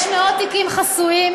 יש מאות תיקים חסויים.